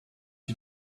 you